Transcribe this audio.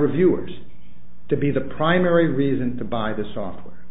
reviewers to be the primary reason to buy the software